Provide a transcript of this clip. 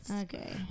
okay